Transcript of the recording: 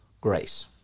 grace